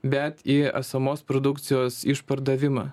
bet į esamos produkcijos išpardavimą